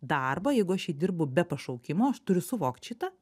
darbą jeigu aš jį dirbu be pašaukimo aš turiu suvokt šitą